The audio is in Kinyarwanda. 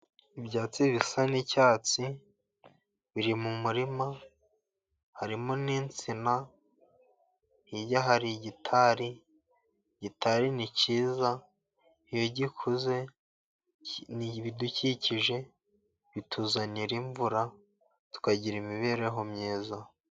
Ibyatsi bisa n'icyatsi, biri mu murima harimo n'insina, hirya hari gitari, gitari ni cyiza iyo gikuze ni ibidukikije, bituzanira imvura, tukagira imibereho myiza.